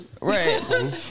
Right